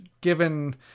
given